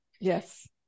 Yes